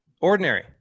Ordinary